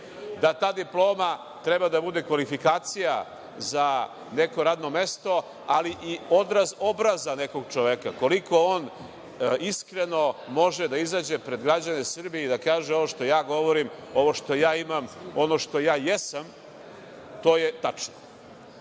da ta diploma treba da bude kvalifikacija za neko radno mesto, ali i odraz obraza nekog čoveka, koliko on iskreno može da izađe pred građane Srbije i da kaže ovo što ja govorim, ovo što ja imam, ono što ja jesam, to je tačno. Ako